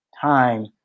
time